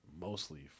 mostly